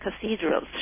cathedrals